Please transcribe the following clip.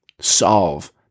solve